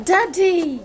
Daddy